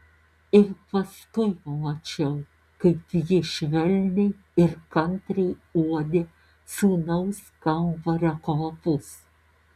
ir paskui mačiau kaip ji švelniai ir kantriai uodė sūnaus kambario kvapus